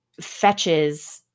fetches